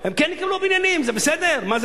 הם כן יקבלו בניינים, זה בסדר?